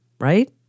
right